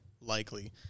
likely